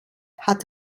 hat